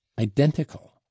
identical